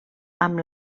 amb